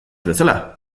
bezala